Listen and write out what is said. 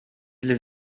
les